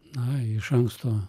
na iš anksto